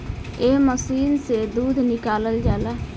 एह मशीन से दूध निकालल जाला